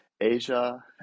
Asia